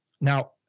Now